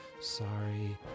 sorry